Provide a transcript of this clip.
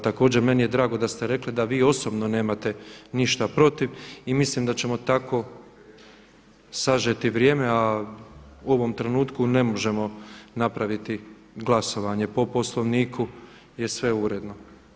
Također meni je drago da ste rekli da vi osobno nemate ništa protiv i mislim da ćemo tako sažeti vrijeme a u ovom trenutku ne možemo napraviti glasovanje, po Poslovniku je sve uredno.